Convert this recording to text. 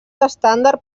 estàndard